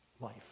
life